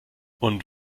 und